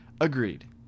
agreed